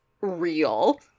real